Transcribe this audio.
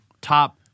top